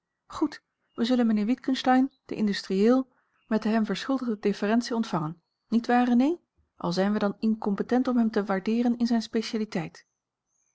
goed wij zullen mijnheer witgensteyn den industrieel met de hem verschuldigde deferentie ontvangen niet waar renée al zijn wij dan incompetent om hem te waardeeren in zijne specialiteit